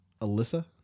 alyssa